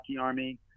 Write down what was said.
army